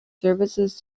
services